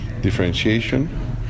differentiation